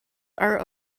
are